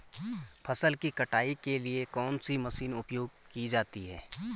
फसल की कटाई के लिए कौन सी मशीन उपयोग की जाती है?